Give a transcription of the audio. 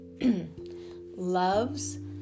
Love's